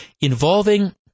involving